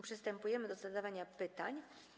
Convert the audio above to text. Przystępujemy do zadawania pytań.